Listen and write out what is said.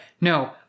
no